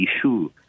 issue